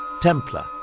Templar